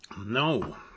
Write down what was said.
No